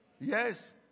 yes